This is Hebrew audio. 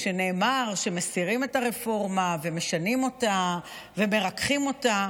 כשנאמר שמסירים את הרפורמה ומשנים אותה ומרככים אותה,